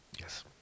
Yes